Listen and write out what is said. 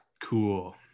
Cool